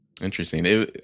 Interesting